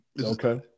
Okay